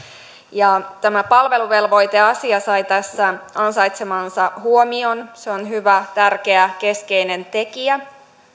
ja tämä palveluvelvoiteasia sai tässä ansaitsemansa huomion se on hyvä tärkeä keskeinen tekijä